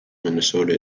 minnesota